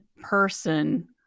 person